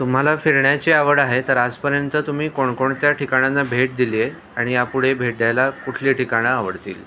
तुम्हाला फिरण्याची आवड आहे तर आजपर्यंत तुम्ही कोणकोणत्या ठिकाणांना भेट दिलीये आणि या पुढे भेट द्यायला कुठली ठिकाणं आवडतील